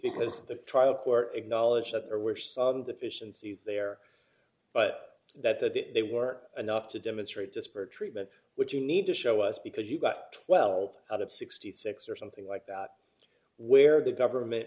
because the trial court acknowledged that there were some deficiencies there but that that they were enough to demonstrate disparate treatment which you need to show us because you got twelve out of sixty six or something like that where the government